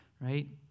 right